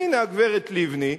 והנה הגברת לבני,